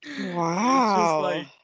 Wow